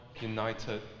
united